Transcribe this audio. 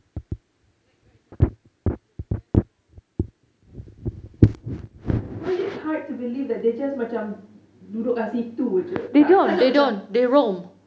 like right now the clan from botanic gardens I because I find it hard to believe that that they just macam duduk kat situ aje